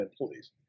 employees